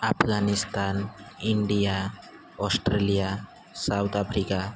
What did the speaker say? Afghanistan India Australia South Africa